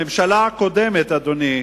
הממשלה הקודמת, אדוני,